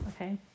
okay